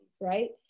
right